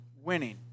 winning